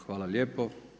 Hvala lijepo.